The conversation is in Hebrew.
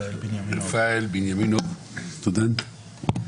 רפאל בנימינוב, סטודנט.